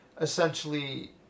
essentially